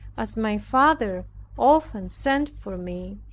as my father often sent for me,